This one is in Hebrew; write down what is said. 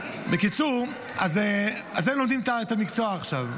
בקיצור, אז הם לומדים את המקצוע עכשיו.